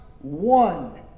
one